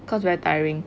cause very tiring